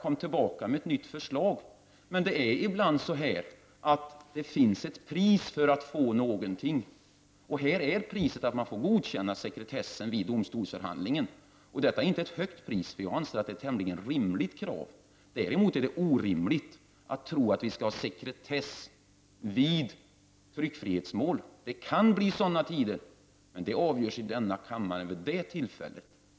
Kom tillbaka med ett nytt förslag, säger kanske någon. Men ofta finns det ett pris för att få någonting. I detta fall är priset att man måste godkänna sekretessen vid domstolsförhandlingen. Det är inte ett högt pris utan enligt min mening ganska rimligt. Däremot är det orimligt att tro att det går att få sekretess i samband med tryckfrihetsmål. Det kan bli sådana tider, men sådana beslut fattar i så fall denna kammare mot vpk:s röster.